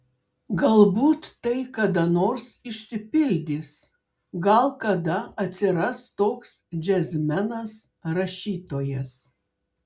galbūt tai kada nors išsipildys gal kada atsiras toks džiazmenas rašytojas